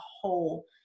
whole